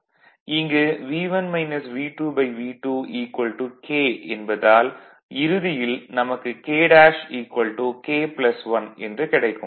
இங்கு V2 K என்பதால் இறுதியில் நமக்கு K K 1 என்று கிடைக்கும்